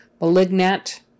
Malignant